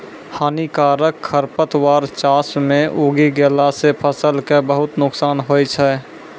हानिकारक खरपतवार चास मॅ उगी गेला सा फसल कॅ बहुत नुकसान होय छै